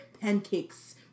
pancakes